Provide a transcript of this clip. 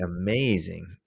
amazing